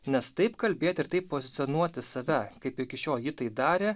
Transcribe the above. nes taip kalbėti ir taip pozicionuoti save kaip iki šiol ji tai darė